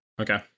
Okay